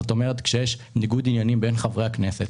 זאת אומרת כשיש ניגוד עניינים בין חברי הכנסת